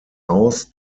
aus